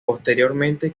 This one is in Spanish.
posteriormente